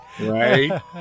Right